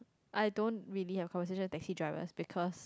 I don't really have conversations taxi drivers because